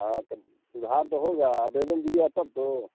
हाँ तब सुधार तो होगा आवेदन दिया तब तो